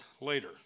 later